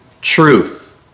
truth